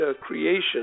creation